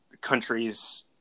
countries